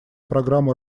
программу